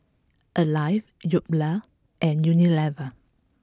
Alive Yoplait and Unilever